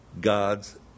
God's